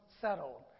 settled